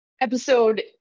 Episode